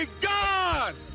God